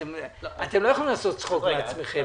אתם לא יכולים לעשות צחוק מעצמכם.